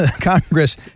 Congress